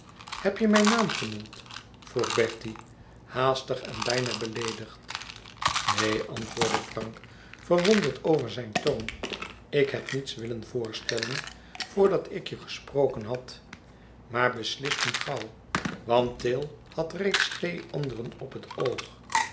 heb je mijn naam genoemd vroeg bertie haastig en bijna beleedigd neen antwoordde frank verwonderd over zijn toon ik heb niets willen voorstellen voordat ik je gesproken had maar beslis nu gauw want tayle had reeds twee anderen op het oog